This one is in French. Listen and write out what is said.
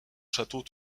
château